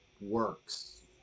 works